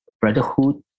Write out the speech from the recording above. brotherhood